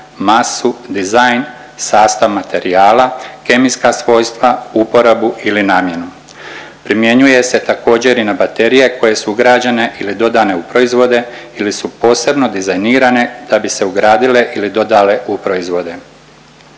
masu, dizajn, sastav materijala, kemijska svojstva, uporabu ili namjenu. Primjenjuje se također i na baterije koje su ugrađene ili dodane u proizvode ili su posebno dizajnirane da bi se ugradile ili dodale u proizvode.